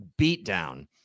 beatdown